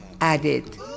added